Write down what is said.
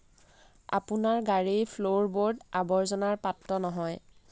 আপোনাৰ গাড়ীৰ ফ্লোৰবোৰ্ড আৱৰ্জনাৰ পাত্ৰ নহয়